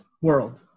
world